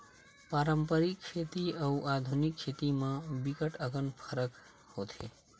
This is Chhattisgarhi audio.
पारंपरिक खेती अउ आधुनिक खेती म बिकट अकन फरक होथे